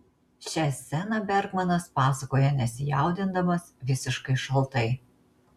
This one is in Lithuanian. šią sceną bergmanas pasakoja nesijaudindamas visiškai šaltai